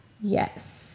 Yes